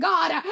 God